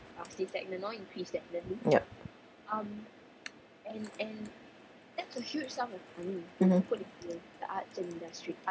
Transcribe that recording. yup mmhmm